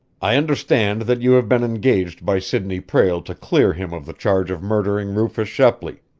i understand that you have been engaged by sidney prale to clear him of the charge of murdering rufus shepley.